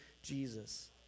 Jesus